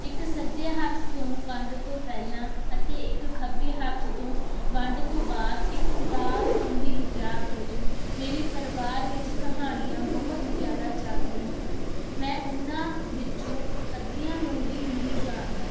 ਇੱਕ ਸੱਜੇ ਹੱਥ ਤੂੰ ਵੰਡ ਤੋਂ ਪਹਿਲਾਂ ਅਤੇ ਇੱਕ ਖੱਬੇ ਹੱਥ ਤੋਂ ਵੰਡ ਤੋਂ ਬਾਅਦ ਇੱਕ ਉਦਾਸ ਗੰਭੀਰ ਯਾਦ ਵਜੋਂ ਮੇਰੀ ਪਰਿਵਾਰ ਵਿੱਚ ਕਹਾਣੀਆਂ ਬਹੁਤ ਜ਼ਿਆਦਾ ਚੱਲਦੀਆਂ ਹਨ ਮੈਂ ਉਹਨਾਂ ਵਿੱਚੋਂ ਅੱਧੀਆਂ ਨੂੰ ਵੀ ਨਹੀਂ ਜਾਣਦਾ